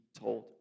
told